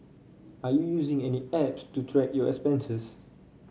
are you using any apps to track your expenses